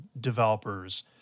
developers